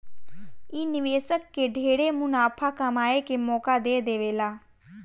इ निवेशक के ढेरे मुनाफा कमाए के मौका दे देवेला